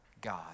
God